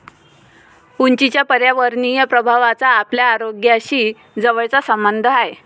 उंचीच्या पर्यावरणीय प्रभावाचा आपल्या आरोग्याशी जवळचा संबंध आहे